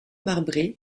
marbré